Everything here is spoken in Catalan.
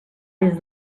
des